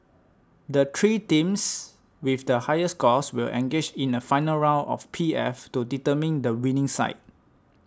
the three teams with the highest scores will engage in a final round of P F to determine the winning side